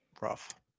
rough